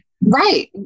Right